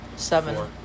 Seven